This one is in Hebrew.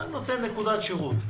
אתה נותן נקודת שירות.